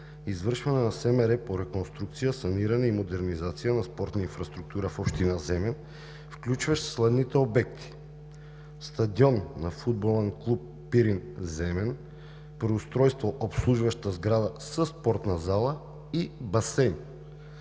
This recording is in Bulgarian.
„Извършване на СМР по реконструкция, саниране и модернизация на спортна инфраструктура в община Земен, включващи следните обекти – стадион към футболен клуб „Пирин-Земен“; паркоустройство; обслужваща сграда със спортна зала и басейн“